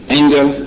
anger